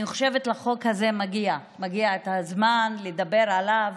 אני חושבת שלחוק הזה מגיע, מגיע את הזמן לדבר עליו